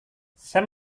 saya